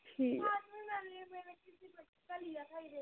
ठीक ऐ